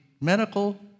medical